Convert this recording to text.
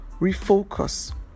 refocus